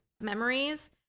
memories